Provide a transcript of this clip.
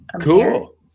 Cool